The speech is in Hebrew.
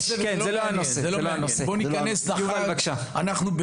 אנחנו ביום חג.